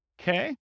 Okay